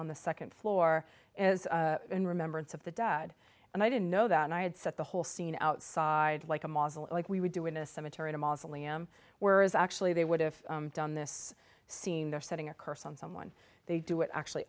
on the second floor in remembrance of the dead and i didn't know that i had set the whole scene outside like a model like we would do in a cemetery in a mausoleum whereas actually they would have done this scene they're setting a curse on someone they do it actually